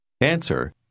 Answer